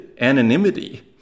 anonymity